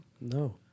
No